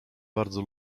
bardzo